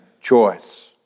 Choice